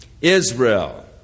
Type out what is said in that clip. Israel